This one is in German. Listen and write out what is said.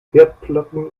herdplatten